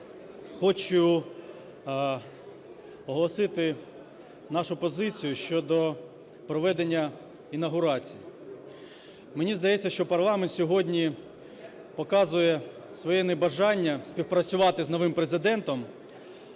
хочу оголосити нашу позицію щодо проведення інавгурації. Мені здається, що парламент сьогодні показує своє небажання співпрацювати з новим Президентом,